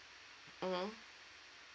mmhmm